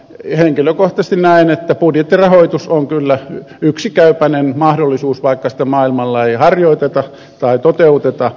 henkilökohtaisesti näen että budjettirahoitus on kyllä yksi käypänen mahdollisuus vaikka sitä ei maailmalla toteuteta